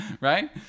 right